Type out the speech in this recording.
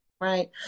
Right